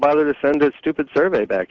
bother to send a stupid survey back